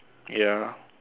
ya